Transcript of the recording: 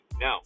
no